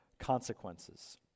consequences